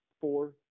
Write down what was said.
four